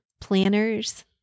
planners